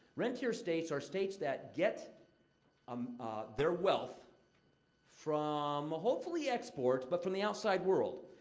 rentier states are states that get um their wealth from. hopefully exports, but from the outside world.